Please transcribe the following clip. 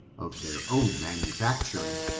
of their own manufacturing,